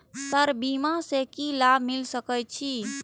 Sir बीमा से की लाभ मिल सके छी?